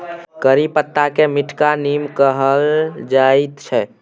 करी पत्ताकेँ मीठका नीम कहल जाइत छै